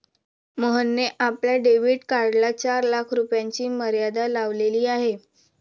मोहनने आपल्या डेबिट कार्डला चार लाख रुपयांची मर्यादा लावलेली आहे